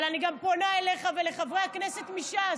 אבל אני גם פונה אליך ולחברי הכנסת מש"ס.